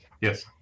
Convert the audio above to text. Yes